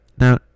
now